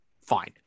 fine